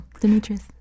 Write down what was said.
Demetrius